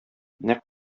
нәкъ